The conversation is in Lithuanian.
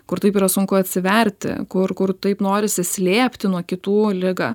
kur taip yra sunku atsiverti kur kur taip norisi slėpti nuo kitų ligą